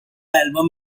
album